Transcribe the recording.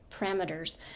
parameters